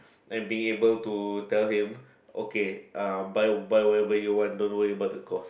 and be able to tell him okay uh buy buy whatever you want don't worry about the cost